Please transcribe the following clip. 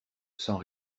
sans